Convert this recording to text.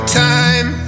time